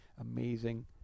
amazing